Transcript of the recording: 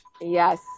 Yes